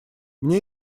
мне